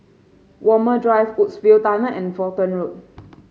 Walmer Drive Woodsville Tunnel and Fulton Road